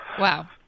Wow